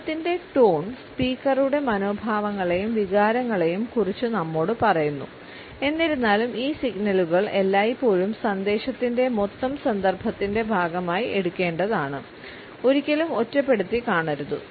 ശബ്ദത്തിന്റെ ടോൺ സ്പീക്കറുടെ മനോഭാവങ്ങളെയും വികാരങ്ങളെയും കുറിച്ച് നമ്മോട് പറയുന്നു എന്നിരുന്നാലും ഈ സിഗ്നലുകൾ എല്ലായ്പ്പോഴും സന്ദേശത്തിന്റെ മൊത്തം സന്ദർഭത്തിന്റെ ഭാഗമായി എടുക്കേണ്ടതാണ് ഒരിക്കലും ഒറ്റപ്പെടുത്തി കാണരുത്